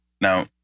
Now